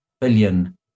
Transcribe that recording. billion